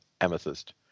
amethyst